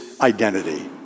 identity